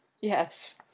Yes